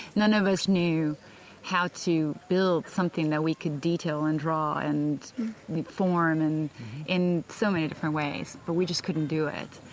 none of us knew how to build something that we could detail and draw and form and in so many different ways. but we just couldn't do it.